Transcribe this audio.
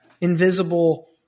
invisible